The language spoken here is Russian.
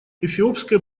эфиопское